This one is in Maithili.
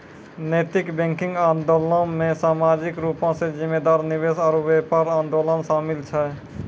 नैतिक बैंकिंग आंदोलनो मे समाजिक रूपो से जिम्मेदार निवेश आरु व्यापार आंदोलन शामिल छै